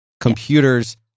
Computers